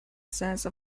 sense